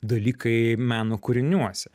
dalykai meno kūriniuose